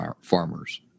Farmers